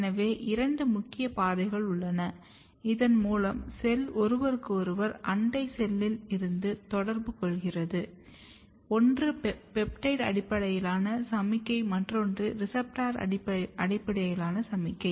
எனவே இரண்டு முக்கிய பாதைகள் உள்ளன இதன் மூலம் செல் ஒருவருக்கொருவர் அண்டை செல்லில் இருந்து தொடர்பு கொள்கிறது ஒன்று பெப்டைட் அடிப்படையிலான சமிக்ஞை மற்றொன்று ரெசெப்டர் அடிப்படையிலான சமிக்ஞை